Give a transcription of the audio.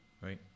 right